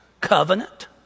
covenant